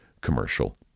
commercial